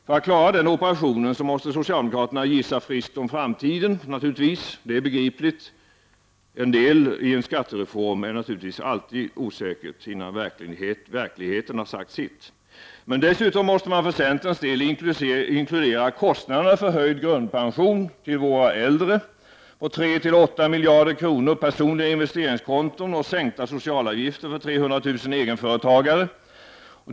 För att klara den operationen måste socialdemokraterna gissa friskt om framtiden. Det är begripligt. En viss del av en skattereform är alltid osäker innan verkligheten har sagt sitt. Dessutom måste man för centerns del inkludera kostnaderna för höjd grundpension till våra äldre på 3-8 miljarder kronor, personliga investeringskonton och sänkta socialavgifter för 300 000 egenföretagare.